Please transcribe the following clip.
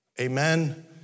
Amen